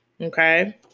Okay